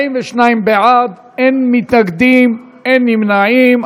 42 בעד, אין מתנגדים, אין נמנעים.